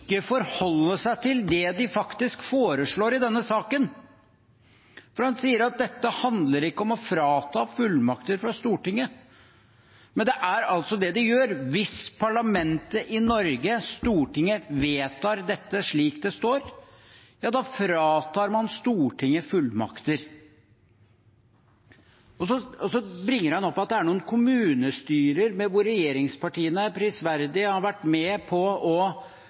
forholder seg til det de faktisk foreslår i denne saken, for han sier at dette handler ikke om å frata Stortinget fullmakter. Men det er altså det de gjør: Hvis parlamentet i Norge, Stortinget, vedtar dette slik det står, fratar man Stortinget fullmakter. Og så bringer han opp at det er noen kommunestyrer der regjeringspartiene prisverdig har vært med på å